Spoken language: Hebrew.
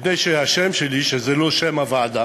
מפני שהשם שלי, שזה לא שם הוועדה